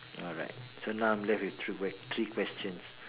alright now I'm left with three three questions